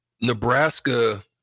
Nebraska